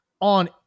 on